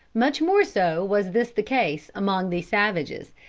much more so was this the case among these savages,